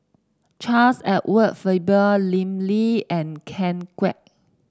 Charles Edward Faber Lim Lee and Ken Kwek